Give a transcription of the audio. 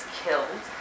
killed